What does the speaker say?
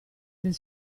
del